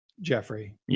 Jeffrey